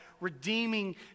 redeeming